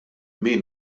min